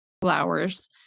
flowers